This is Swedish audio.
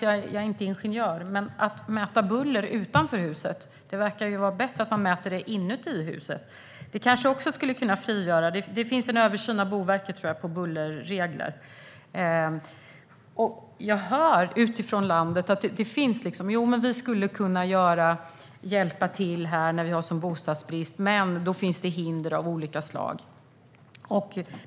Jag är inte ingenjör, men det verkar vara bättre att mäta buller inne i huset än utanför huset. Det finns en översyn från Boverket om bullerregler. Utifrån landet kan jag höra att man skulle kunna hjälpa till att minska bostadsbristen, men då finns det hinder av olika slag.